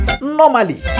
normally